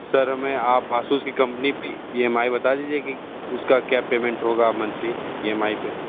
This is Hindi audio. सर हमें आप आसुस कम्पनी की ई एम आई बात दीजिए की उसका क्या पेमेंट होगा मंथली ई एम आई पे